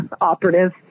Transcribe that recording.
operative